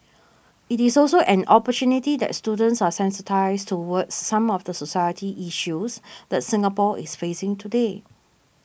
it is also an opportunity that students are sensitised towards some of the society issues that Singapore is facing today